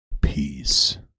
peace